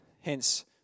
hence